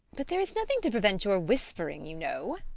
but there is nothing to prevent your whispering, you know.